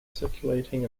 circulating